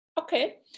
okay